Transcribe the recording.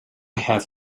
had